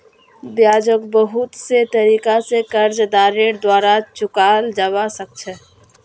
ब्याजको बहुत से तरीका स कर्जदारेर द्वारा चुकाल जबा सक छ